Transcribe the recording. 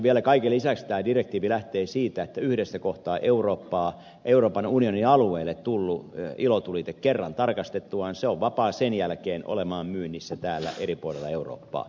vielä kaiken lisäksi tämä direktiivi lähtee siitä että euroopan unionin alueelle tullut ilotulite yhdessä kohtaa eurooppaa kerran tarkastettuna on vapaa sen jälkeen olemaan myynnissä eri puolilla eurooppaa